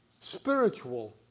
spiritual